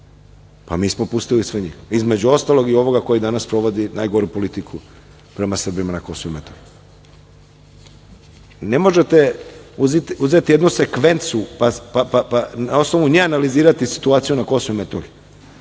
Pa, mi smo pustili sve njih, između ostalog, i ovoga koji danas sprovodi najgoru politiku prema Srbima na Kosovu i Metohiji. Ne možete uzeti jednu sekvencu, pa na osnovu nje analizirati situaciju na Kosovu i Metohiji.